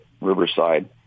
Riverside